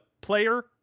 player